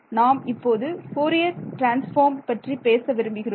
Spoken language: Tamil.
நாம் இப்போது ஃபோரியர் டிரன்ஸ்பார்ம் பற்றி பேச விரும்புகிறோம்